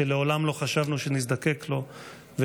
שלא חשבנו שנזדקק לו לעולם,